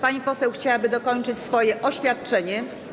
Pani poseł chciałaby dokończyć swoje oświadczenie.